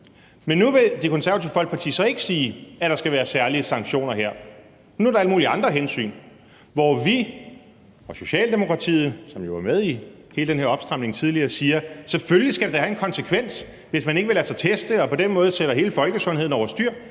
Men nu vil Det Konservative Folkeparti så ikke sige, at der skal være særlige sanktioner her. Nu er der alle mulige andre hensyn. Mens vi og Socialdemokratiet, som jo var med i hele den her opstramning tidligere, siger, at det da selvfølgelig skal have en konsekvens, hvis man ikke vil lade sig teste og på den måde sætter hele folkesundheden over styr;